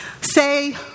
say